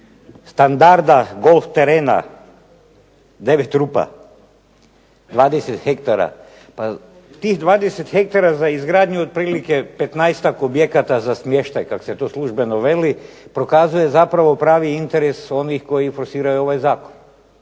standarda golf terena 9 rupa 20 ha. Pa tih 20 ha za izgradnju otprilike 15-ak objekata za smještaj kak se to službeno veli, prokazuje zapravo pravi interes onih koji forsiraju ovaj zakon.